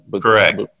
Correct